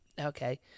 Okay